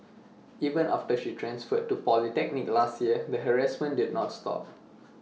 even after she transferred to polytechnic last year the harassment did not stop